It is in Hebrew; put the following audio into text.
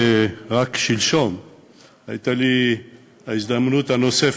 ורק שלשום הייתה לי ההזדמנות הנוספת,